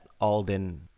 Alden